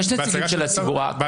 יש נציגים של הציבור, הקואליציה,